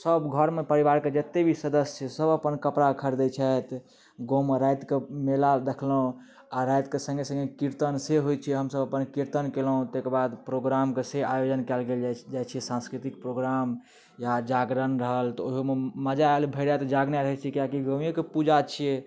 सब घरमे परिवार कऽ जतेक भी सदस्य छै सब अपन कपड़ा खरिदै छथि गाँवमे राति कऽ मेला देखलहुँ आ राति कऽ सङ्गे सङ्गे कीर्तन से होइत छै हमसब अपन कीर्तन कयलहुँ ताहिके बाद प्रोग्रामके से आयोजन कयल गेल जाइत छै सांस्कृतिक प्रोग्राम या जागरण रहल तऽ ओहोमे मजा आएल भरि राति जागनाय रहैत छै किआकि गाँवे कऽ पूजा छियै